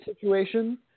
situation